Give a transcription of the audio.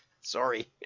Sorry